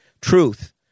truth